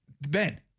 Ben